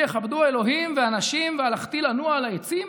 יכבדו ה' ואנשים והלכתי לנוע על העצים.